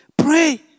Pray